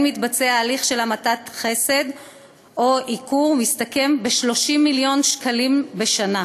מתבצע הליך של המתת חסד או עיקור מסתכמת ב-30 מיליון שקלים בשנה.